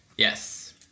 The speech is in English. Yes